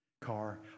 car